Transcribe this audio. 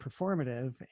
performative